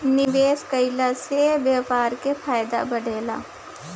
निवेश कईला से व्यापार के फायदा बढ़ेला